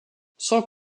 sans